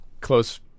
close